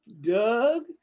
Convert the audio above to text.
Doug